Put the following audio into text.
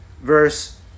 verse